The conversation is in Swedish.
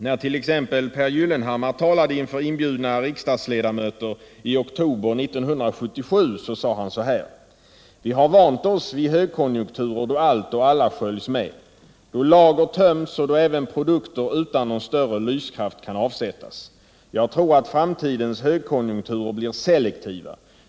När Pehr Gyllenhammar talade inför inbjudna riksdagsledamöter i oktober 1977 sade han bl.a.: "Vi har vant oss vid högkonjunkturer då allt och alla sköljs med. Då lager töms och då även produkter utan någon större lyskraft kan avsättas. Jag tror att framtidens högkonjunkturer blir selektiva.